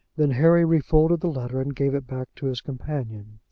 then harry refolded the letter and gave it back to his companion.